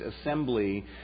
assembly